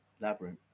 labyrinth